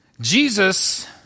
Jesus